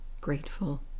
grateful